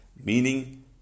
Meaning